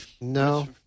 No